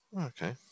okay